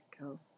go